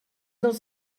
dels